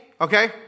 okay